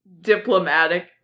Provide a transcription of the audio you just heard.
diplomatic